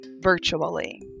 virtually